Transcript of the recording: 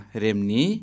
remni